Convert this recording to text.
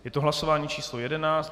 Je to hlasování číslo 11.